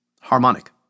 harmonic